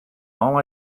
all